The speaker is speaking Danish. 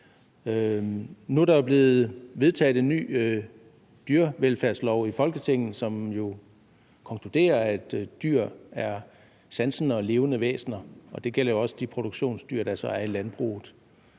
Nu er der jo blevet vedtaget en ny dyrevelfærdslov i Folketinget, som konkluderer, at dyr er sansende og levende væsener, og det gælder så også de produktionsdyr, der er i landbruget.